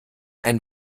ein